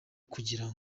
kugira